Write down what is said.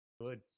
good